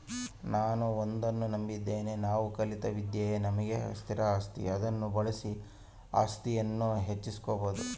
ನಾನು ಒಂದನ್ನು ನಂಬಿದ್ದೇನೆ ನಾವು ಕಲಿತ ವಿದ್ಯೆಯೇ ನಮಗೆ ಸ್ಥಿರ ಆಸ್ತಿ ಅದನ್ನು ಬಳಸಿ ಆಸ್ತಿಯನ್ನು ಹೆಚ್ಚಿಸ್ಬೋದು